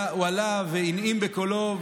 הוא עלה והנעים בקולו,